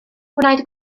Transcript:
gwnaed